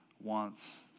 wants